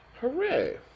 Hooray